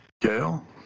Gail